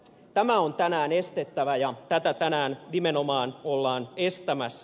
tämä on tänään estettävä ja tätä tänään nimenomaan ollaan estämässä